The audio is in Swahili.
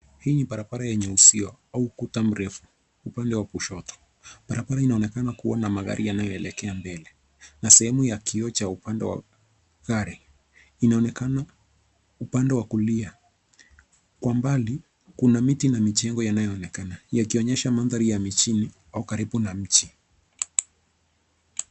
Hii ni barabara yenye uzio au ukuta mrefu upande wa kushoto. Barabara inaonekana kuwa na magari yanayoelekea mbele na sehemu ya kioo cha upande wa gari inaonekana upande wa kulia. Kwa mbali, kuna miti na majengo yanayoonekana yakionyesha mandhari ya mijini au karibu na miji.